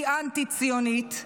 היא אנטי-ציונית,